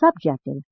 subjective